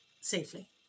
safely